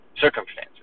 circumstances